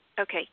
Okay